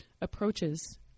approaches